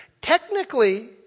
technically